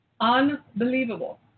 Unbelievable